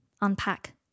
Unpack